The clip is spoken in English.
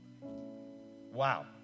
Wow